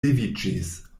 leviĝis